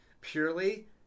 purely